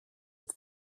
and